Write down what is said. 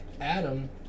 Adam